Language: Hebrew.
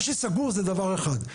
מה שסגור זה דבר אחד: